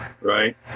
Right